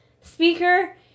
speaker